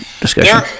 discussion